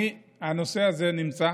הנושא הזה נמצא,